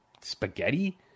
spaghetti